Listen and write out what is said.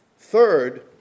Third